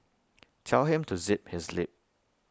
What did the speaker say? tell him to zip his lip